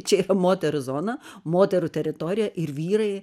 čia yra moterų zona moterų teritorija ir vyrai